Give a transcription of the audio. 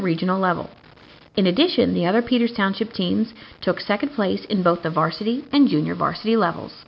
the regional level in addition the other peter's township teams took second place in both of our city and junior varsity levels